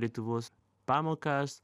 lietuvos pamokas